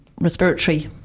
respiratory